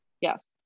yes